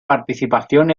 participación